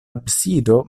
absido